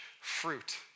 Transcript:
fruit